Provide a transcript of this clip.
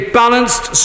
balanced